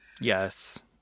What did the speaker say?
Yes